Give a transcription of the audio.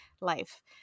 life